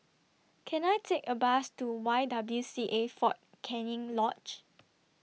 Can I Take A Bus to Y W C A Fort Canning Lodge